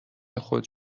خود